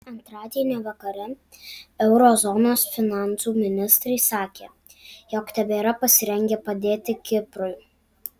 antradienio vakare euro zonos finansų ministrai sakė jog tebėra pasirengę padėti kiprui